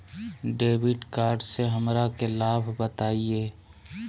Debit card से हमरा के लाभ बताइए?